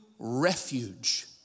refuge